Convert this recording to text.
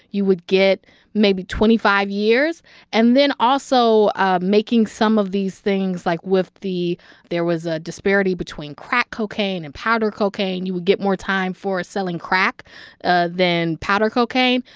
you would get maybe twenty five years and then also ah making some of these things, like with the there was a disparity between crack cocaine and powder cocaine. you would get more time for selling crack ah than powder cocaine,